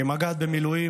כמג"ד במילואים,